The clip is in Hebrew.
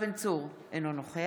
יואב בן צור, אינו נוכח